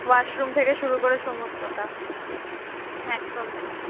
washroom থেকে শুরু করে সমস্তটা একদম তাই